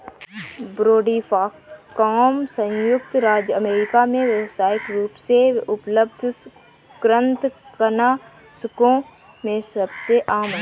brodifacoum संयुक्त राज्य अमेरिका में व्यावसायिक रूप से उपलब्ध कृंतकनाशकों में सबसे आम है